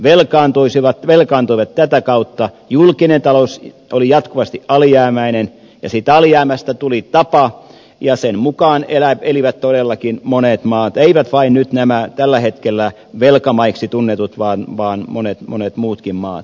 ne velkaantuivat tätä kautta julkinen talous oli jatkuvasti alijäämäinen ja siitä alijäämästä tuli tapa ja sen mukaan elivät todellakin monet maat eivät nyt vain nämä tällä hetkellä velkamaiksi tunnetut vaan monet monet muutkin maat